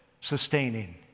sustaining